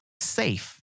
safe